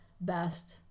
best